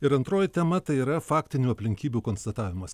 ir antroji tema tai yra faktinių aplinkybių konstatavimas